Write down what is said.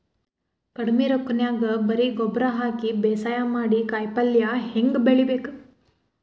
ಕಡಿಮಿ ರೊಕ್ಕನ್ಯಾಗ ಬರೇ ಗೊಬ್ಬರ ಹಾಕಿ ಬೇಸಾಯ ಮಾಡಿ, ಕಾಯಿಪಲ್ಯ ಹ್ಯಾಂಗ್ ಬೆಳಿಬೇಕ್?